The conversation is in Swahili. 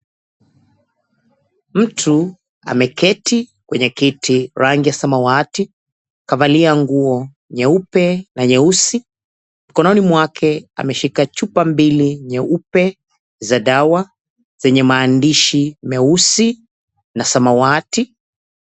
Mtu ameketi kwenye kiti rangi ya samawati. Kavalia nguo nyeupe na nyeusi. Mkononi mwake ameshika chupa mbili nyeupe za dawa zenye maandishi meusi na samawati.